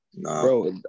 Bro